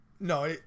No